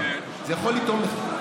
זה יכול להתאים לך,